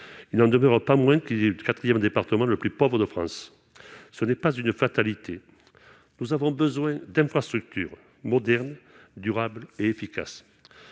il n'en demeure pas moins qu'il est le 4ème, département le plus pauvre de France, ce n'est pas une fatalité, nous avons besoin d'infrastructures modernes durables et efficaces,